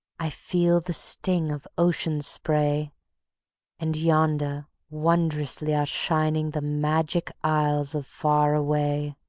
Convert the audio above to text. i feel the sting of ocean spray and yonder wondrously are shining the magic isles of far away.